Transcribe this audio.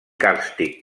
càrstic